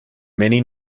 many